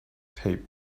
taped